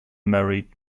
married